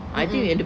mmhmm